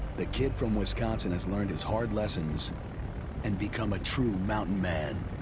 the kid from wisconsin has learned his hard lessons and become a true mountain man,